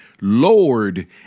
Lord